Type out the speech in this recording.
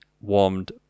warmed